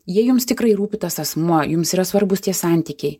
jie jums tikrai rūpi tas asmuo jums yra svarbūs tie santykiai